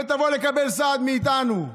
ותבוא לקבל סעד מאיתנו.